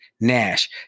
Nash